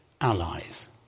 allies